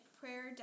prayer